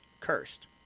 cursed